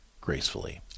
gracefully